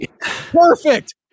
Perfect